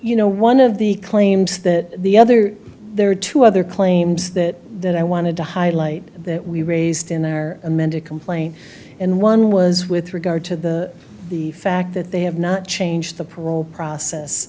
you know one of the claims that the other there are two other claims that that i wanted to highlight that we raised in our amended complaint and one was with regard to the the fact that they have not changed the parole